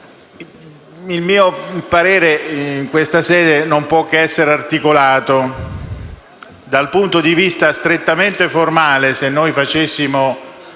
Il mio parere in questa sede non può che essere articolato. Dal punto di vista strettamente formale, se noi facessimo